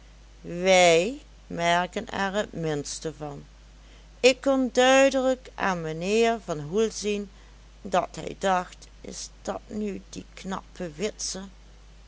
wij merken er het minste van ik kon duidelijk aan mijnheer van hoel zien dat hij dacht is dat nu die knappe witse